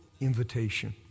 invitation